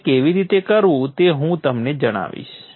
તે કેવી રીતે કરવું તે હું તમને જણાવીશ